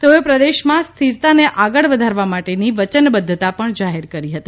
તેઓએ પ્રદેશમાં સ્થિરતાને આગળ વધારવા માટેની વચનબદ્વતા પણ જાહેર કરી હતી